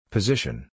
Position